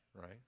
right